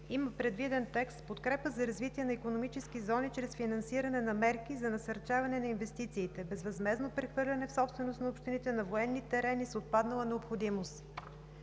има предвиден текст – „Подкрепа за развитие на икономически зони чрез финансиране на мерки за насърчаване на инвестициите, безвъзмездно прехвърляне в собственост на общините на военни терени с отпаднала необходимост“.